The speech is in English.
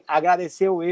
agradeceu